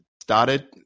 started